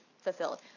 fulfilled